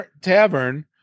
Tavern